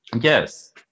Yes